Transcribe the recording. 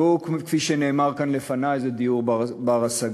והוא, כפי שנאמר כאן לפני, דיור בר-השגה.